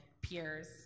peers